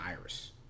Iris